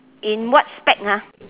in what spect ha